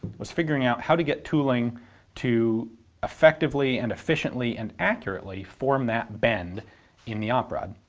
was figuring out how to get tooling to effectively and efficiently and accurately form that bend in the op rod.